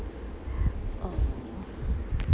uh